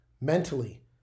Mentally